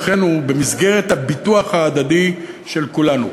לכן הוא במסגרת הביטוח ההדדי של כולנו.